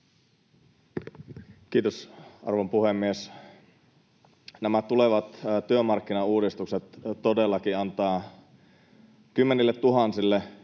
Kiitos, arvon puhemies! Nämä tulevat työmarkkinauudistukset todellakin antavat kymmenilletuhansille,